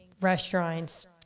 restaurants